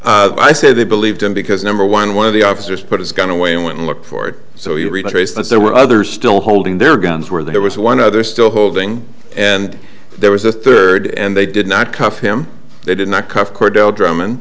too i said they believed him because number one one of the officers put his gun away and went and looked for it so you retrace that there were others still holding their guns where there was one other still holding and there was a third and they did not cuffed him they did not cuffed cordell drum